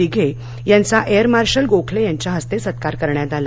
दिघे यांचा air marshal Gokhale यांच्या हस्ते सत्कार करण्यात आला